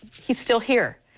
he is still here.